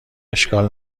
اشکال